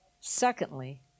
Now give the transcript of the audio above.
Secondly